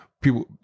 people